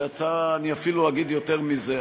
אני אפילו אגיד יותר מזה.